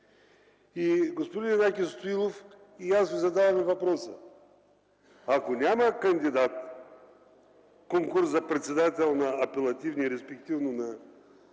Господин Янаки Стоилов и аз Ви задаваме въпроса: ако няма кандидат за конкурс за председател на апелативния, респективно на